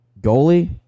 goalie